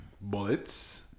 bullets